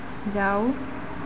जाओ